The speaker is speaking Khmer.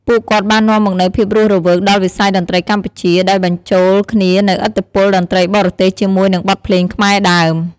ពួកគាត់បាននាំមកនូវភាពរស់រវើកដល់វិស័យតន្ត្រីកម្ពុជា ដោយបញ្ចូលគ្នានូវឥទ្ធិពលតន្ត្រីបរទេសជាមួយនឹងបទភ្លេងខ្មែរដើម។